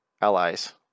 allies